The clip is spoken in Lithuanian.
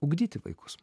ugdyti vaikus